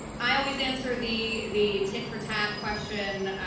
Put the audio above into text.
i always answer the the tit for tat question,